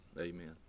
Amen